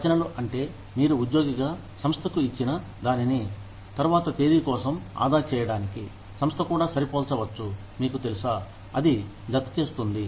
రచనలు అంటే మీరు ఉద్యోగిగా సంస్థకు ఇచ్చిన దానిని తరువాత తేదీ కోసం ఆదా చేయడానికి సంస్థ కూడా సరిపోల్చవచ్చు మీకు తెలుసా అది జత చేస్తుంది